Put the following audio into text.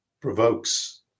provokes